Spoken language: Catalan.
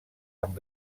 amb